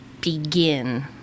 begin